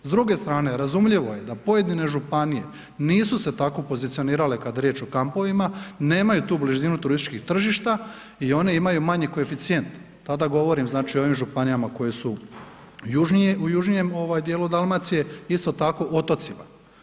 S druge strane, razumljivo je da pojedine županije nisu se tako pozicionirale kad je riječ o kampovima, nemaju tu blizinu turističkih tržišta i one imaju manji koeficijent, tada govorim znači o ovim županijama koje su južnije, u južnijem dijelu Dalmacije, isto tako otocima.